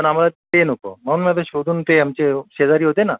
पण आम्हाला ते नको म्हणून मी आता शोधून ते आमचे शेजारी होते ना